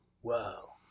Whoa